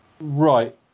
Right